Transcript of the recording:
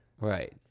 right